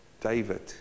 David